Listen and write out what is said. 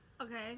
Okay